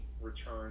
return